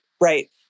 right